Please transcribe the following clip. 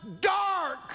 dark